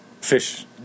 fish